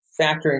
factoring